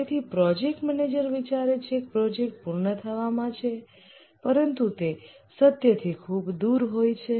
તેથી project manager વિચારે છે કે પ્રોજેક્ટ પૂર્ણ થવામાં છે પરંતુ તે સત્ય થી ખૂબ દૂર હોય છે